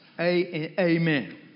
Amen